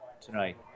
tonight